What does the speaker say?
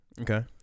Okay